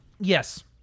Yes